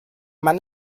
mann